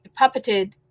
puppeted